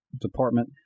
department